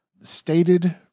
stated